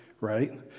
right